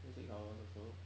that's six hours also